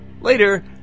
Later